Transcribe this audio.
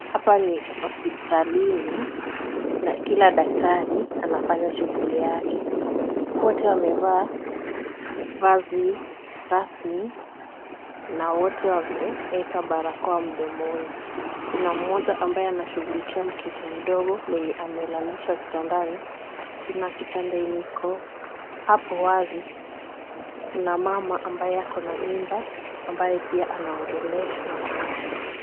Hapa ni hospitalini na kila daktari anafanya shughuli yake. Wote wamevaa vazi rasmi na wote wameeka barakoa mdomoni. Kuna mmoja ambaye anashughulikia mtoto mdogo mwenye amelalishwa kitandani. Kuna kitanda yenye iko apo wazi. Kuna mama ambaye akona mimba ambaye pia anaongeleshwa.